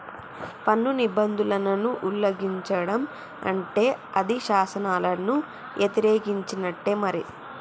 పన్ను నిబంధనలను ఉల్లంఘిచడం అంటే అది శాసనాలను యతిరేకించినట్టే మరి